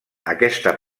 aquesta